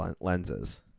lenses